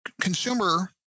consumer